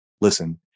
Listen